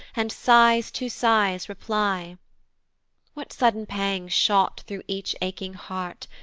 and sighs to sighs reply what sudden pangs shot thro' each aching heart,